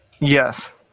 Yes